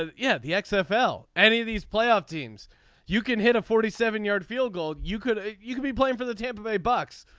ah yeah. the sfl any of these playoff teams you can hit a forty seven yard field goal you could you could be playing for the tampa bay bucs.